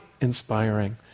inspiring